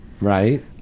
Right